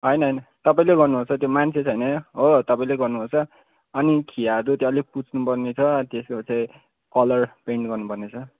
होइन होइन तपाईँले गर्नुपर्छ त्यो मान्छे छैन हो तपाईँले गर्नुपर्छ अनि खियाहरू त्यो अलिक पुस्नु पर्नेछ त्यसपछि कलर पेन्ट गर्नु पर्नेछ